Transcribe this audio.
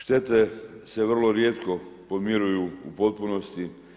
Štete se vrlo rijetko pomiruju u potpunosti.